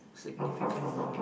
significant moment